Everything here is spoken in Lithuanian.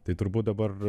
tai turbūt dabar